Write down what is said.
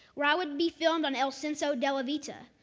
where i would be filmed on il senso della vita.